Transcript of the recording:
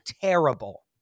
terrible